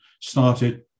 started